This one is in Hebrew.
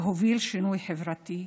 להוביל שינוי חברתי,